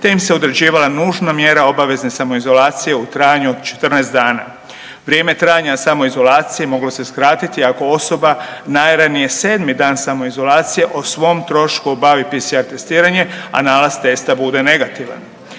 te im se određivala nužna mjera obavezne samoizolacije u trajanju od 14 dana. Vrijeme trajanja samoizolacije moglo se skratiti ako osoba najranije 7 dan samoizolacije o svom trošku obavi PCR testiranje, a nalaz testa bude negativan.